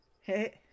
Hey